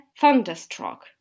thunderstruck